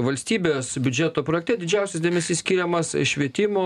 valstybės biudžeto projekte didžiausias dėmesys skiriamas švietimo